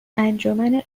انجمن